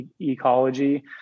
ecology